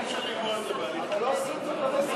אי-אפשר לגמור את זה בהליך חקיקה, רק במסגרת הסכם.